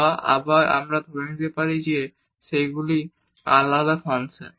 বা আবার আমরা ধরে নিতে পারি যে সেগুলি আলাদা ফাংশন